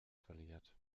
verliert